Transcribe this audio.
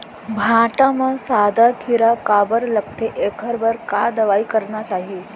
भांटा म सादा कीरा काबर लगथे एखर बर का दवई करना चाही?